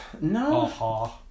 No